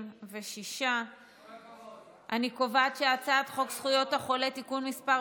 46. אני קובעת שהצעת חוק זכויות החולה (תיקון מס'